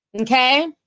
okay